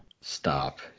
Stop